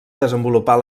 desenvolupar